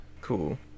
cool